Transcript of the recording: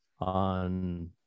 on